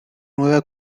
nueva